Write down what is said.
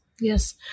yes